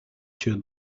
two